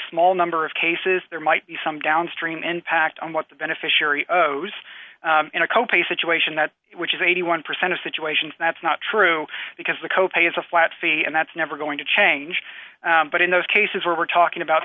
small number of cases there might be some downstream impact on what the beneficiary of those in a co pay situation that is which is eighty one percent of situations and that's not true because the co pay is a flat fee and that's never going to change but in those cases where we're talking about